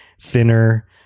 thinner